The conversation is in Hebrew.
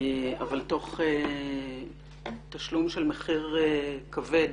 אבל תוך תשלום של מחיר כבד